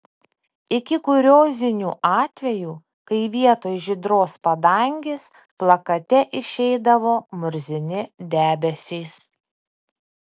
iki kuriozinių atvejų kai vietoj žydros padangės plakate išeidavo murzini debesys